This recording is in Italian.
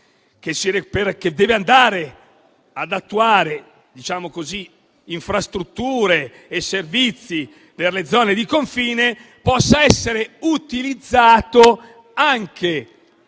legge, per realizzare infrastrutture e servizi per le zone di confine, possa essere utilizzato anche